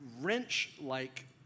wrench-like